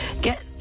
get